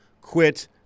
quit